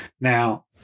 Now